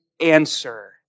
answer